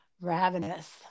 ravenous